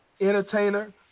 entertainer